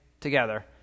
together